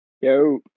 yo